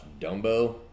Dumbo